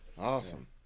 Awesome